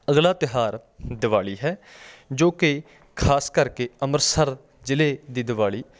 ਅਗਲਾ ਤਿਉਹਾਰ ਦੀਵਾਲੀ ਹੈ ਜੋ ਕਿ ਖਾਸ ਕਰਕੇ ਅੰਮ੍ਰਿਤਸਰ ਜ਼ਿਲ੍ਹੇ ਦੀ ਦੀਵਾਲੀ